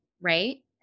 right